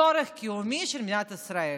צורך קיומי של מדינת ישראל.